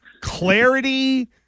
clarity